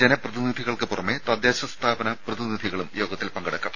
ജനപ്രതിനിധികൾക്ക് പുറമെ തദ്ദേശ സ്ഥാപന പ്രതിനിധികളും യോഗത്തിൽ പങ്കെടുക്കും